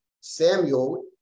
Samuel